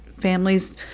families